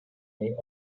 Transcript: jej